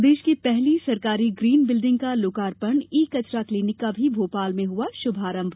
प्रदेश की पहली सरकारी ग्रीन बिल्डिंग का लोकार्पणई कचरा क्लीनिक का भी भोपाल में हुआ श्भारंभ